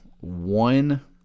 one